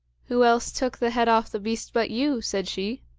who else took the head off the beast but you? said she.